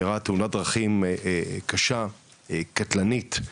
ארעה תאונת דרכים קשה, קטלנית,